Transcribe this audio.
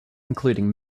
including